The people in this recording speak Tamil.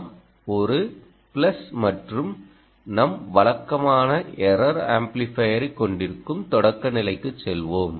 நாம் ஒரு பிளஸ் மற்றும் நம் வழக்கமான எர்ரர் ஆம்ப்ளிஃபையரைக் கொண்டிருக்கும் தொடக்க நிலைக்குச் செல்வோம்